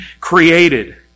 created